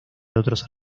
otros